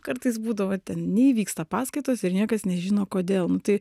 kartais būdavo neįvyksta paskaitos ir niekas nežino kodėl nu tai